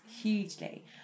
hugely